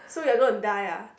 so you're gonna die ah